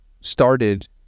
started